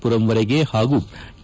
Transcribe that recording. ಮರಂವರೆಗೆ ಹಾಗೂ ಕೆ